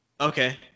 Okay